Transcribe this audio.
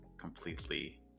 completely